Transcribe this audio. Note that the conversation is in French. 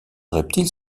reptiles